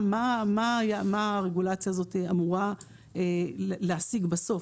מה הרגולציה הזאת אמורה להשיג בסוף.